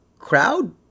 crowd